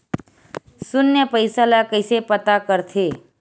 शून्य पईसा ला कइसे पता करथे?